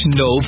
no